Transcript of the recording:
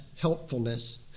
helpfulness